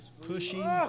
pushing